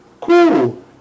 Cool